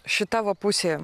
šita va pusė